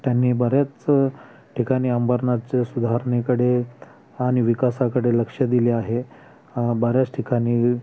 त्यांनी बऱ्याच ठिकाणी अंबरनाथच्या सुधारणेकडे आणि विकासाकडे लक्ष दिले आहे बऱ्याच ठिकाणी